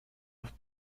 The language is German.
auf